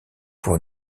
pour